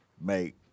make